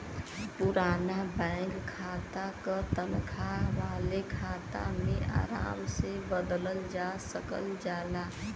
पुराना बैंक खाता क तनखा वाले खाता में आराम से बदलल जा सकल जाला